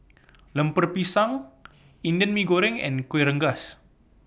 Lemper Pisang Indian Mee Goreng and Kueh Rengas